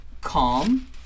calm